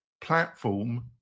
platform